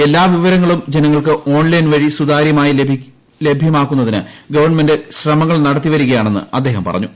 എല്ലാ വിവരങ്ങളും ജനങ്ങൾക്ക് ഓൺലൈൻ വഴി സുതാര്യമായി ലഭ്യമാക്കുന്നതിന് ഗവൺമെന്റ് ശ്രമങ്ങൾ നടത്തിവരികയാണെന്ന് അദ്ദേഹം പറഞ്ഞു